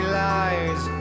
lies